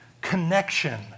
connection